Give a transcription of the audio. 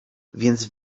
więc